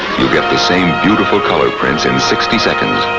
you get the same beautiful color prints in sixty seconds,